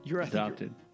Adopted